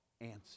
answer